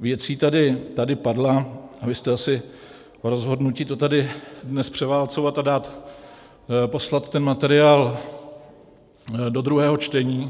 věcí tady padla a vy jste asi rozhodnuti to tady dnes převálcovat a poslat ten materiál do druhého čtení.